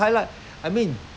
eh how come you take my toy